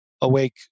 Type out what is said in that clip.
awake